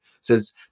says